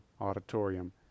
Auditorium